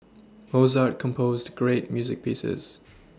Mozart composed great music pieces